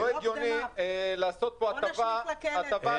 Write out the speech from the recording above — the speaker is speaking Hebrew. לא הגיוני לעשות פה העדפה